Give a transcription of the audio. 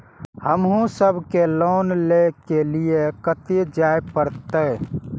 हमू सब के लोन ले के लीऐ कते जा परतें?